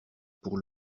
pour